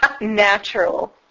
natural